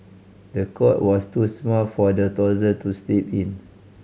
the cot was too small for the toddler to sleep in